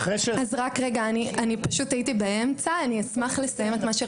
אני אשמח לסיים.